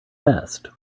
best